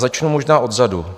Začnu možná odzadu.